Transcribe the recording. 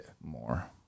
More